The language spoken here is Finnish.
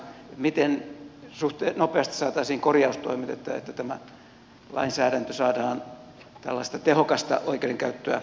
miten suhteen nopeassa tosin että tämä lainsäädäntö saadaan tällaista tehokasta oikeudenkäyttöä suosivaksi